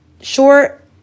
short